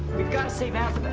we've got to save